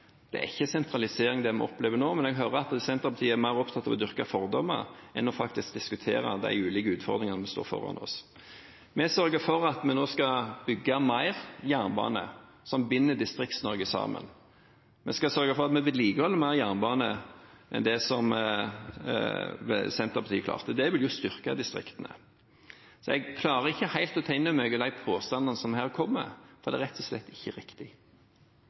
Det er ikke sentralisering, det vi opplever nå, men jeg hører at Senterpartiet er mer opptatt av å dyrke fordommer enn faktisk å diskutere de ulike utfordringene som står foran oss. Vi sørger for at vi nå skal bygge mer jernbane, som binder Distrikts-Norge sammen. Vi skal sørge for at vi vedlikeholder mer jernbane enn det Senterpartiet klarte. Det vil styrke distriktene. Jeg klarer ikke helt å ta inn over meg de påstandene som her kommer, for de er rett og slett ikke